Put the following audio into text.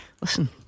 Listen